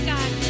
God